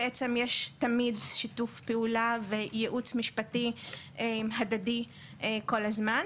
בעצם יש תמיד שיתוף פעולה וייעוץ משפטי הדדי כל הזמן.